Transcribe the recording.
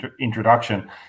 introduction